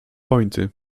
pointy